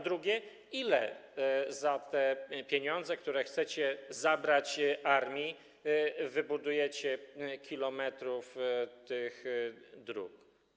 Drugie: Ile za te pieniądze, które chcecie zabrać armii, wybudujecie kilometrów tych dróg?